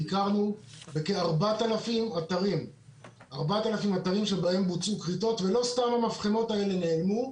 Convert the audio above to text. ביקרנו בכ-4,000 אתרים שבהם בוצעו כריתות ולא סתם המפחמות האלה נעלמו.